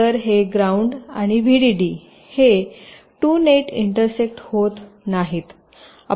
तर हे ग्राउंड आणि व्हीडीडी हे 2 नेट एंटरसेक्ट होत नाहीतआपण पाहू शकता